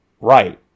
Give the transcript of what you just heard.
right